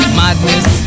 madness